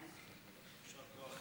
ההצעה להעביר